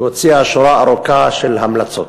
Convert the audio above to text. והוציאה שורה ארוכה של המלצות.